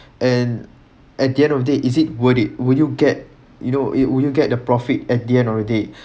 and at the end of the day is it worth it would you get you know it would you get the profit at the end of the day